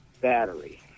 battery